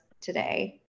today